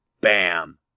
bam